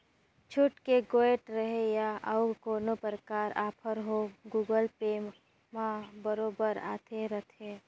छुट के गोयठ रहें या अउ कोनो परकार आफर हो गुगल पे म बरोबर आते रथे